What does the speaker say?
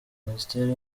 minisiteri